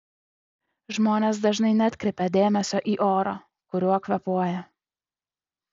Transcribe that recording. žmonės dažnai neatkreipia dėmesio į orą kuriuo kvėpuoja